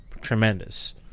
tremendous